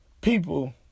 people